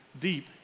deep